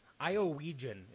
Iowegian